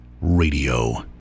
Radio